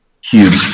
huge